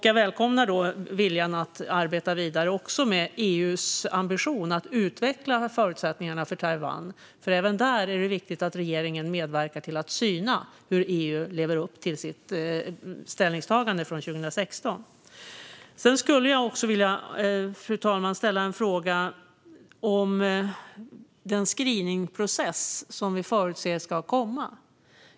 Jag välkomnar viljan att arbeta vidare med EU:s ambition att utveckla förutsättningarna för Taiwan. Även där är det viktigt att regeringen medverkar till att syna hur EU lever upp till sitt ställningstagande från 2016. Jag skulle, fru talman, vilja ställa en fråga om den screeningprocess som vi förutser ska komma.